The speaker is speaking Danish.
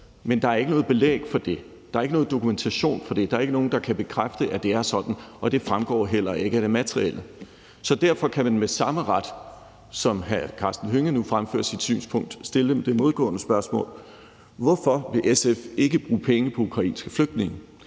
men der er ikke noget belæg for det, der er ikke nogen dokumentation for det, der er ikke nogen, der kan bekræfte, at det er sådan, og det fremgår heller ikke af det materielle. Så derfor kan man med samme ret, som hr. Karsten Hønge nu fremfører sit synspunkt, stille det modgående spørgsmål: Hvorfor vil SF ikke bruge penge på ukrainske flygtninge?